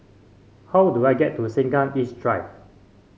how do I get to Sengkang East Drive